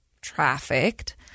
trafficked